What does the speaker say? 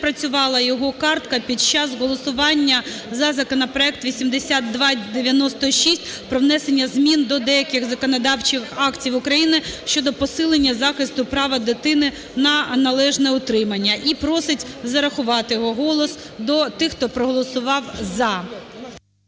спрацювала його картка під час голосування за законопроект 8296 про внесення змін до деяких законодавчих актів України щодо посилення захисту права дитини на належне утримання. І просить зарахувати його голос до тих, хто проголосував "за".